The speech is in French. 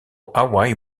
hawaii